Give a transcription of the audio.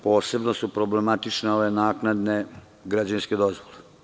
Posebno su problematične ove naknadne građevinske dozvole.